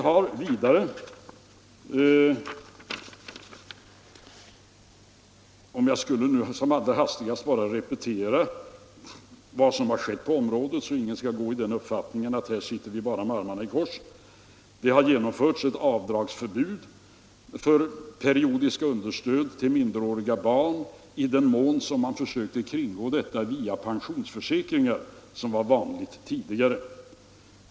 Jag vill fortsätta min hastiga repetition av vad som hänt på området, så att ingen skall förbli i den uppfattningen att vi bara sitter med armarna i kors. Det har vidare genomförts förbud mot avdrag för periodiska understöd till minderåriga barn i de fall där man, som tidigare var vanligt, försökte kringgå bestämmelserna via pensionsförsäkringar.